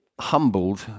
humbled